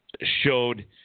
showed